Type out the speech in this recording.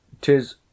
Tis